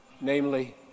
Namely